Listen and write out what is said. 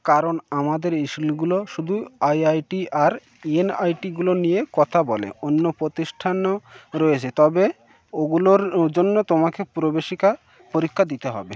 কারণ আমাদেরইস্কুলগুলো শুধু আই আই টি আর এনআইটিগুলো নিয়ে কথা বলে অন্য প্রতিষ্ঠানও রয়েছে তবে ওগুলোর ও জন্য তোমাকে প্রবেশিকা পরীক্ষা দিতে হবে